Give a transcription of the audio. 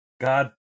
god